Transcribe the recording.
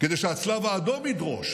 כדי שהצלב האדום ידרוש